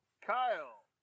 Kyle